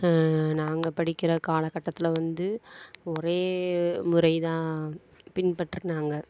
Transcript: நாங்கள் படிக்கிற காலக்கட்டத்தில் வந்து ஒரே முறை தான் பின்பற்றினாங்க